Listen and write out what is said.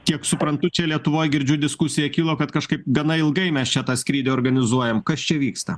kiek suprantu čia lietuvoj girdžiu diskusija kilo kad kažkaip gana ilgai mes čia tą skrydį organizuojam kas čia vyksta